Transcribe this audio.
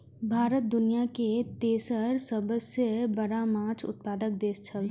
भारत दुनिया के तेसर सबसे बड़ा माछ उत्पादक देश छला